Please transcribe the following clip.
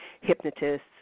hypnotists